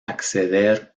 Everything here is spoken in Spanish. acceder